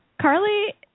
Carly